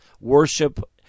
worship